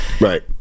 Right